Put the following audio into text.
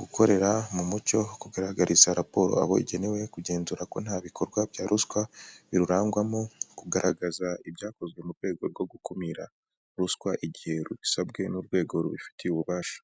gukorera mu mucyo kugaragariza raporo abo igenewe, kugenzura ko nta bikorwa bya ruswa birurangwamo, kugaragaza ibyakozwe mu rwego rwo gukumira ruswa igihe rubisabwe n'urwego rubifitiye ububasha.